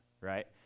right